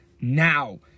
now